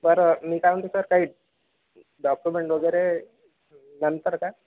बरं मी काय म्हणतो सर काही डॉक्युमेंट वगैरे नंतर का